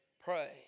Pray